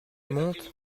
monte